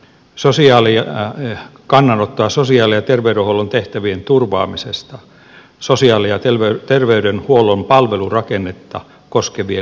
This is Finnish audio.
kunnilta kuitenkin kysytään kannanottoa sosiaali ja terveydenhuollon tehtävien turvaamisesta sosiaali ja terveydenhuollon palvelurakennetta koskevien linjausten mukaisesti